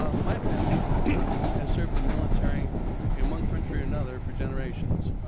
um my family has served and military in one country or another for generations.